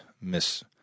Miss